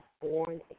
born